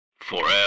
Forever